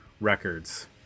records